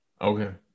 Okay